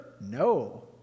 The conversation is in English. No